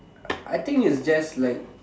I think it's just like